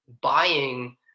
buying